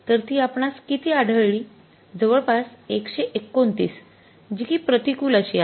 तर ती आपणास किती आढळली जवळपास १२९ जी कि प्रतिकूल अशी आहे